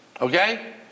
okay